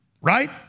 Right